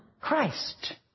Christ